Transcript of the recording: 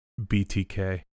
btk